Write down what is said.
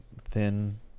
Thin